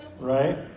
right